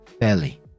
fairly